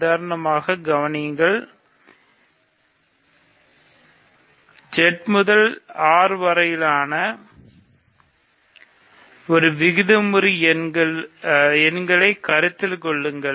உதாரணமாக கவனியுங்கள் Z முதல் R வரையிலான பிம்பத்தை விகிதமுறு எண்களுக்கு கருத்தில் கொள்ளுங்கள்